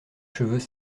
cheveux